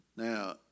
Now